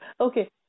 Okay